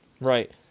Right